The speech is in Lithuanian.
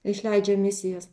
išleidžia emisijas